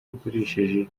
ukoresheje